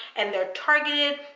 and they're targeted,